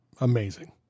amazing